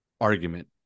argument